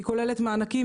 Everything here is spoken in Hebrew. היא כוללת מענקים,